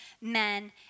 men